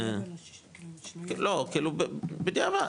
בדיעבד,